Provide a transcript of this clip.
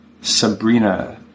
Sabrina